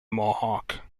mohawk